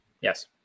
Yes